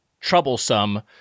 troublesome